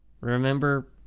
Remember